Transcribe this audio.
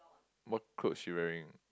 what cloth she wearing